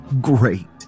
great